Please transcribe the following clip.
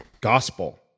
gospel